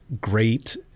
great